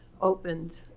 opened